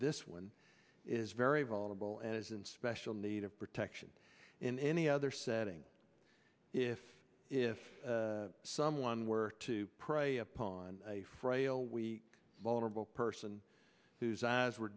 this one is very vulnerable and is in special need of protection in any other setting if if someone were to prey upon a frail we vulnerable person whose eyes were